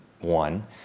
one